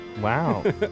Wow